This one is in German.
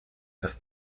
das